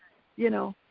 you know,